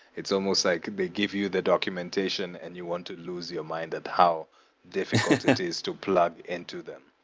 it's almost like they give you the documentation and you want to lose your mind at how difficult it is to plug into them.